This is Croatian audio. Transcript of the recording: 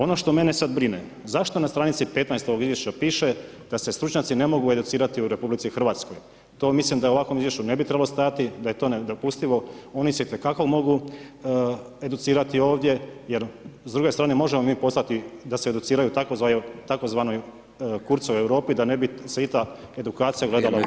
Ono što mene sad brine, zašto na stranici ovog izvješća piše da se stručnjaci ne mogu educirati u RH, to mislim da u ovakvom izvješću ne bi trebalo stajati, da je to nedopustivo, ja mislim da se itekako mogu educirati ovdje jer s druge strane možemo mi poslati da se educiraju u Tzv. Kurzovoj Europu, da ne bi svita edukacija gledala u Kurza.